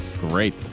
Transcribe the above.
Great